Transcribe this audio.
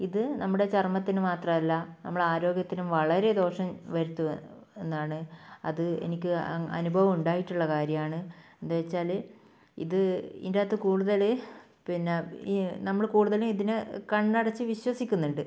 ഇത് നമ്മുടെ ചർമ്മത്തിന് മാത്രമല്ല നമ്മുടെ ആരോഗ്യത്തിനും വളരെ ദോഷം വരുത്തും എന്നാണ് അത് എനിക്ക് അനുഭവം ഉണ്ടായിട്ടുള്ള കാര്യമാണ് എന്ന് വെച്ചാൽ ഇത് ഇതിന്റകത്ത് കൂടുതൽ പിന്നെ ഈ നമ്മൾ കൂടുതലും ഇതിനെ കണ്ണടച്ച് വിശ്വസിക്കുന്നുണ്ട്